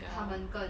ya